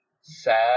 sad